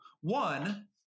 One